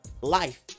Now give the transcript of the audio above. life